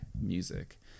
music